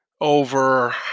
over